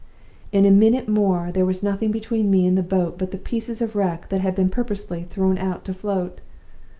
in a minute more there was nothing between me and the boat but the pieces of wreck that had been purposely thrown out to float.